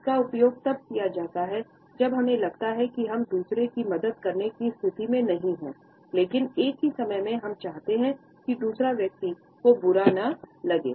इसका उपयोग तब किया जाता है जब हमें लगता है कि हम दूसरों की मदद करने की स्थिति में नहीं है लेकिन एक ही समय में हम चाहते हैं कि दूसरे व्यक्ति को बुरा न लगे